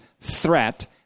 threat